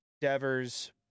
devers